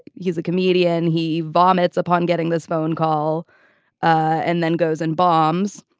he's a comedian. he vomits upon getting this phone call and then goes and bombs.